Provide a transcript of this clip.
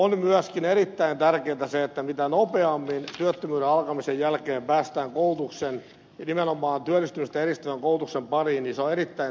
on myöskin erittäin tärkeätä se että nopeasti työttömyyden alkamisen jälkeen päästään koulutukseen nimenomaan työllistymistä edistävän koulutuksen pariin se on erittäin tärkeää